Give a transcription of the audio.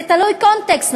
הוא תלוי קונטקסט,